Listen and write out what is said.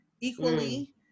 equally